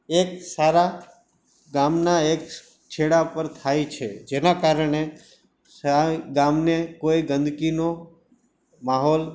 એક સારા ગામના એક છેડા પર થાય છે જેના કારણે સાવ એ ગામને કોઈ ગંદકીનો માહોલ